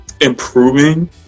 improving